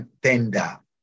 tender